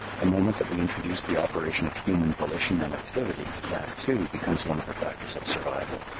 the moment that we introduce the operation of human volition and activity, that, too, becomes one of the factors of survival.